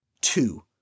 Two